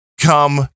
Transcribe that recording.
come